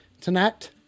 tonight